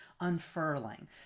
unfurling